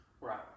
Right